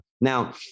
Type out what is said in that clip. Now